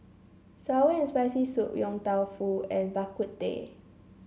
sour and Spicy Soup Yong Tau Foo and Bak Kut Teh